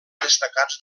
destacats